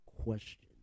question